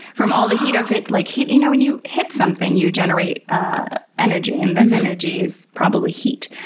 from all the heat of it like hitting. you you know when you hit something you generate ah energy and that energy is probably heat,